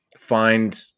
find